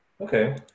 Okay